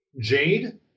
Jade